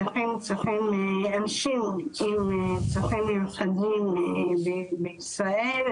נכים עם צרכים מיוחדים בישראל,